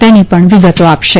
તેની પણ વિગતો આપશે